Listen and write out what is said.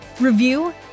review